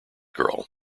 girl